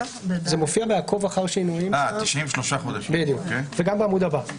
זה מופיע בעקוב אחר שינויים, וגם בעמוד הבא.